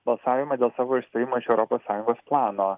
balsavimą dėl savo išstojimo iš europos sąjungos plano